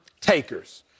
takers